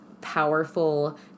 powerful